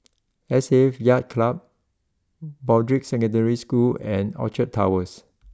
S A F Yacht Club Broadrick Secondary School and Orchard Towers